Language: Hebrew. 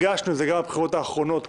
הרגשנו את זה גם בבחירות האחרונות בישראל.